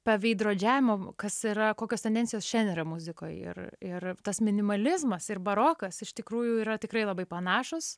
paveidrodžiavimo kas yra kokios tendencijos šiandien yra muzikoj ir ir tas minimalizmas ir barokas iš tikrųjų yra tikrai labai panašūs